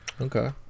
Okay